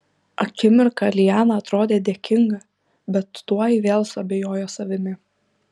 akimirką liana atrodė dėkinga bet tuoj vėl suabejojo savimi